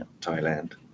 Thailand